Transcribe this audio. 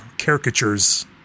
caricatures